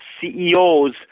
CEOs